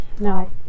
No